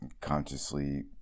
consciously